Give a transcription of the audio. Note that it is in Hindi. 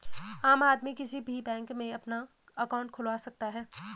आम आदमी किसी भी बैंक में अपना अंकाउट खुलवा सकता है